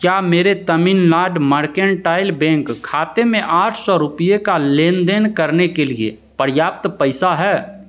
क्या मेरे Tamilnad mercantile bank खाते में आठ सौ रुपये का लेनदेन करने के लिए पर्याप्त पैसा है